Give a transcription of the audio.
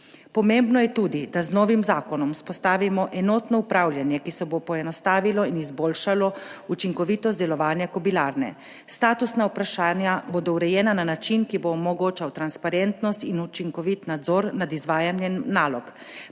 Pomembno je tudi, da z novim zakonom vzpostavimo enotno upravljanje, ki se bo poenostavilo in izboljšalo učinkovitost delovanja Kobilarne. Statusna vprašanja bodo urejena na način, ki bo omogočal transparentnost in učinkovit nadzor nad izvajanjem nalog.